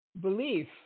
belief